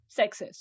sexist